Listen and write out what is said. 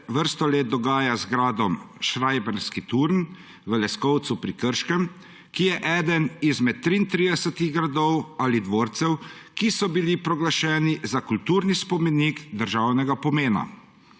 vrsto let dogaja z gradom Šrajbarski turn v Leskovcu pri Krškem, ki je eden izmed 33 gradov ali dvorcev, ki so bili proglašeni za kulturni spomenik državnega pomena.